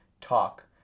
talk